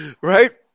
right